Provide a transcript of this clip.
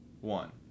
one